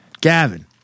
Gavin